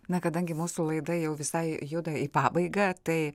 na kadangi mūsų laida jau visai juda į pabaigą tai